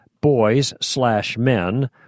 Boys-slash-men